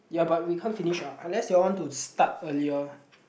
ya but we can't finish ah unless you all want to start earlier